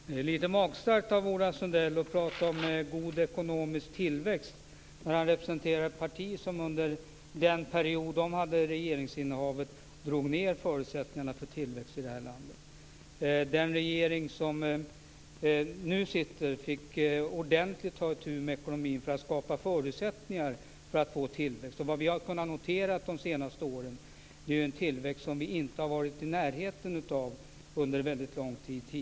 Fru talman! Det är lite magstarkt av Ola Sundell att tala om god ekonomisk tillväxt när han representerar ett parti som under den period det hade regeringsinnehavet drog ned förutsättningarna för tillväxt i landet. Den regering som nu sitter fick ordentligt ta itu med ekonomin för att skapa förutsättningar för att få tillväxt. Vad vi har kunnat notera de senaste åren är en tillväxt som vi inte har varit i närheten av under en väldigt lång tid.